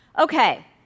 Okay